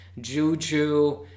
Juju